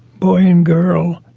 boy and girl,